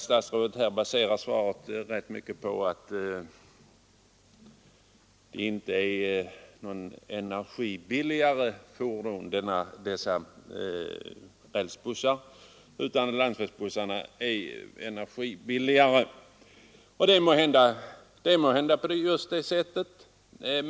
Statsrådet baserar väl svaret rätt mycket på att det inte är rälsbussarna utan landsvägsbussarna som är de energisnålaste fordonen. Måhända är det så.